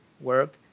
work